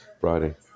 Friday